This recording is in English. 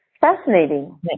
Fascinating